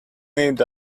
need